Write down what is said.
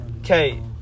Okay